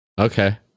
Okay